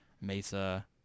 Mesa